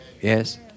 yes